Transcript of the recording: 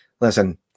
Listen